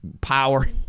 power